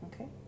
Okay